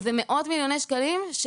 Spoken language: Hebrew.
ומדובר על מאות מיליוני שקלים.